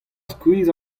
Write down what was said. skuizh